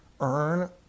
Earn